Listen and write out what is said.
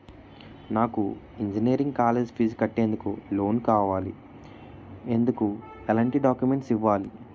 నాకు engineering college fees కట్టేందుకు loan కావాలి, ఎందుకు ఎలాంటి డాక్యుమెంట్స్ ఇవ్వాలి?